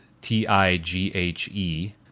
T-I-G-H-E